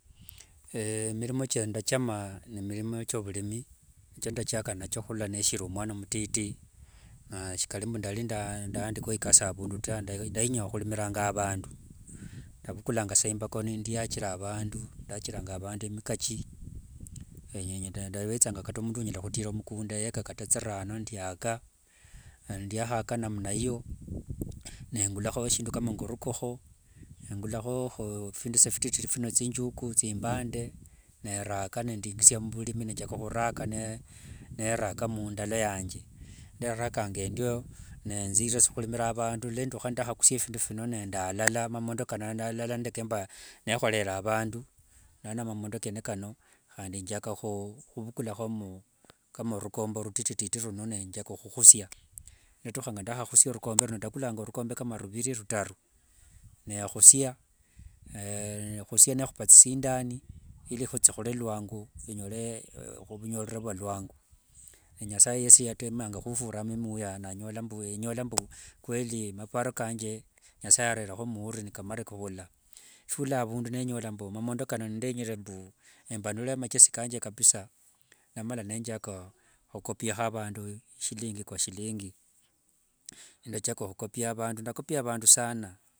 mirimo kiandachama nemirimo cho vurimi, nichandachaka nachio nesiri omwana omutiti, shikari mbu ndari ndandiikwa ikasi avundu ta, ndayiinyanga hurimiranga avandu, ndavukulanga sa imbako ndaachira avandu, ndaachiranga avandu emikachi, ndavetsanga kata omundu ounyala hutira omukunda heka ata tsirano neyaaka, ndahaaka namna iyo nengulaho eshindu kama ngo rukoho, engulaho efindu fititi fino nge tsinjugu, tsimbande, neeraka ndingisia muvurimi nenjaka ohuraka neeraka mundalo yange. Ndaarakanga endio netsire hurimira avandu nenduha ndahakusia efindu vino nenda alala, mang'ondo kano nda alala nde keemba neehorere avandu nelano mang'ondo kene kano nenjaka huvukulahomo kama rukombe rutitititi runo nenjaka huhusia. Ndatuha ndahahusia rukombe runo ndakulanga kama ruviri rutaru, nehusia ehusia nehupa tsisindani ili hutsihule lwangu enyole vunyorero vwa lwangu. Nyasaye yesi yatemanga hufuramo miuya nenyola mbu maparo kanje kweli nyasaye arereho muuru nikamarire. Fiola avundu nenyola mbu mang'ondo kano ndenyere mbu embanue machesi kanje kabisaa, ndamala nenjaka hukopiaho vandu shillingi kwa shillingi, ndachaka hukopia avandu, ndakopia avandu saaana.